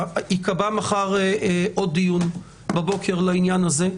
ייקבע מחר עוד דיון בבוקר לעניין הזה.